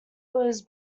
was